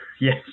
Yes